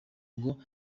ngo